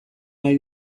nahi